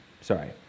sorry